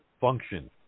function